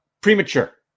premature